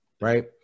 right